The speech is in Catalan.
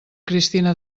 cristina